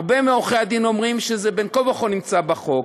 הרבה מעורכי-הדין אומרים שזה בין כה וכה נמצא בחוק,